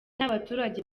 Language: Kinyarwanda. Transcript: n’abaturage